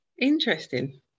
Interesting